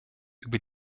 über